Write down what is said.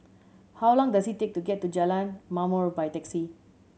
how long does it take to get to Jalan Ma'mor by taxi